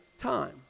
time